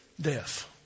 death